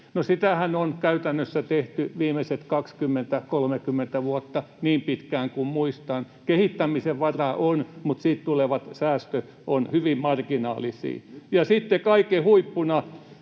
sitähän on käytännössä tehty viimeiset 20—30 vuotta, niin pitkään kuin muistan. Kehittämisen varaa on, mutta siitä tulevat säästöt ovat hyvin marginaalisia. Ja sitten kaiken huippuna: